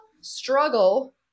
struggle